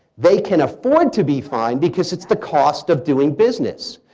they can afford to be fined because it's the cost of doing business.